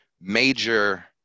major